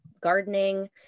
gardening